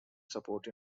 support